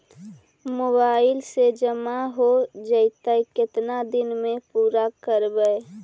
Mobile से जामा हो जैतय, केतना दिन में पुरा करबैय?